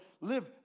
live